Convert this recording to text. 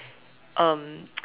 um